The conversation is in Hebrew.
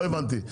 לא הבנתי.